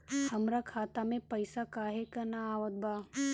हमरा खाता में पइसा काहे ना आवत बा?